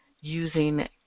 using